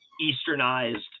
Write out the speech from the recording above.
Easternized